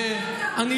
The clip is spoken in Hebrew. בוא תילחם איתנו,